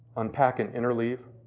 unpack and interleave.